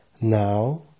Now